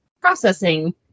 processing